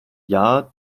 jahr